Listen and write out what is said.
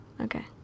Okay